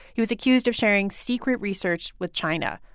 he was accused of sharing secret research with china,